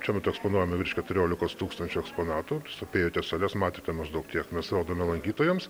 šiuo metu eksponuojame virš keturiolikos tūkstančių eksponatų jūs apėjote sales matėte maždaug tiek mes rodome lankytojams